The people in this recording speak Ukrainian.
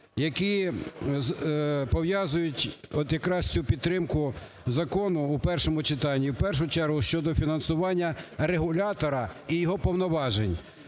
якраз цю підтримку закону у першому читанні. І в першу чергу щодо фінансування регулятора і його повноважень.